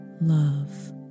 love